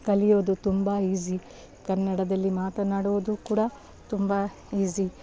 ಕಲಿಯೋದು ತುಂಬ ಈಸಿ ಕನ್ನಡದಲ್ಲಿ ಮಾತನಾಡುವುದು ಕೂಡ ತುಂಬ ಈಸಿ